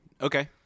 Okay